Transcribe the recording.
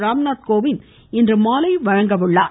ராம்நாத் கோவிந்த் இன்று மாலை வழங்குகிறார்